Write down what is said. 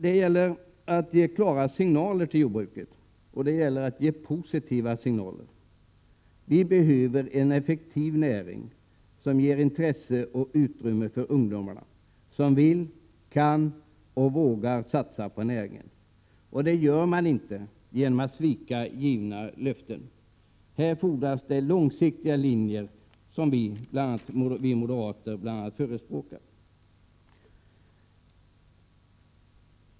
Det gäller att ge klara och positiva signaler till jordbruket. Vi behöver en effektiv näring som intresserar ungdomarna och som ger utrymme för de ungdomar som vill, kan och vågar satsa på jordbruket. Det får man inte genom att svika givna löften. Här fordras en långsiktig politik, som bl.a. vi moderater förespråkar.